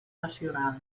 nacional